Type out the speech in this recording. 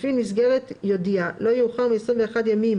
מפעיל מסגרת יודיע לא יאוחר מ-21 ימים